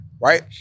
Right